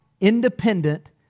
independent